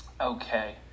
Okay